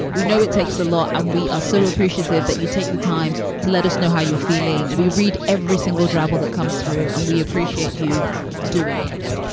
we know it takes a lot and we are so appreciative that you take the time to let us know how you're feeling. we read every single drabble that comes through and we appreciate you doing it